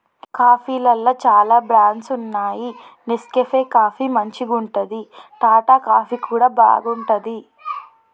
కాఫీలల్ల చాల బ్రాండ్స్ వున్నాయి నెస్కేఫ్ కాఫీ మంచిగుంటది, టాటా కాఫీ కూడా బాగుంటది